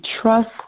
trust